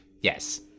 Yes